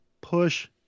push